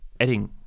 adding